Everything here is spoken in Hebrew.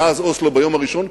מאז אוסלו ביום הראשון,